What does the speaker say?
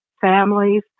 families